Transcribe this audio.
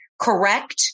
correct